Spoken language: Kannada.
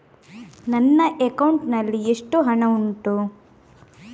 ನನ್ನ ಅಕೌಂಟ್ ನಲ್ಲಿ ಎಷ್ಟು ಹಣ ಉಂಟು?